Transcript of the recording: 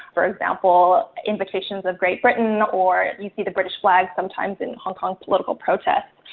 for example, invitations of great britain, or you see the british flag, sometimes in hong kong political protests.